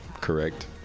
correct